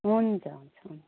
हुन्छ हुन्छ हुन्छ